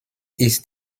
ist